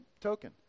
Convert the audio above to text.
token